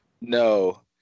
No